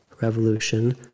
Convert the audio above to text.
revolution